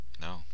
No